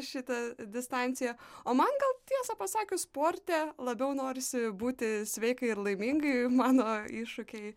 šitą distanciją o man gal tiesą pasakius sporte labiau norisi būti sveikai ir laimingai mano iššūkiai